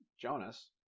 Jonas